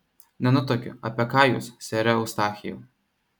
nenutuokiu apie ką jūs sere eustachijau